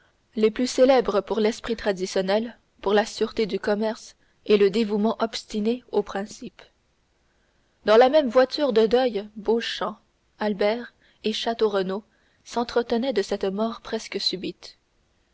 les plus célèbres pour l'esprit traditionnel pour la sûreté du commerce et le dévouement obstiné aux principes dans la même voiture de deuil beauchamp albert et château renaud s'entretenaient de cette mort presque subite